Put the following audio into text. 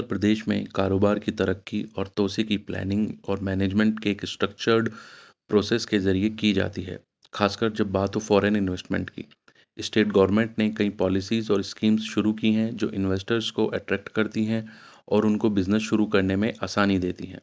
اتر پردیش میں کاروبار کی ترقی اور توسیے کی پلاننگ اور مینجمنٹ کے ایک اسٹرکچرڈ پروسیس کے ذریعے کی جاتی ہے خاص کر جب بات تو فورن انویسٹمنٹ کی اسٹیٹ گورنمنٹ نے کئی پالیسیز اور اسکیمز شروع کی ہیں جو انویسٹرس کو اٹریکٹ کرتی ہیں اور ان کو بزنس شروع کرنے میں آسانی دیتی ہیں